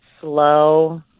slow